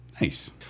nice